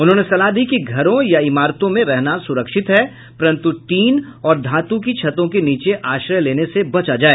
उन्होंने सलाह दी कि घरों या इमारतों में रहना सुरक्षित है परंतु टीन और धातु की छतों के नीचे आश्रय लेने से बचा जाए